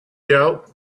dough